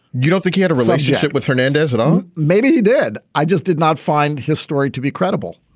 you don't think he had a relationship with hernandez at all? maybe he did. i just did not find his story to be credible.